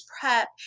prep